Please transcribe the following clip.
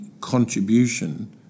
contribution